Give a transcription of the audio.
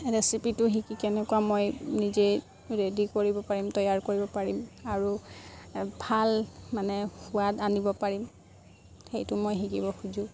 ৰেচিপিটো শিকি কেনেকুৱা মই নিজেই ৰেডি কৰিব পাৰিম তৈয়াৰ কৰিব পাৰিম আৰু ভাল মানে সোৱাদ আনিব পাৰিম সেইটো মই শিকিব খোজোঁ